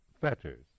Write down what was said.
fetters